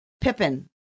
Pippin